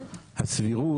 הסבירות,